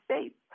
states